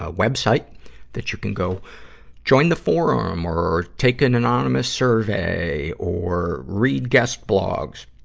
ah web site that you can go join the forum or or take an anonymous survey or read guest blogs.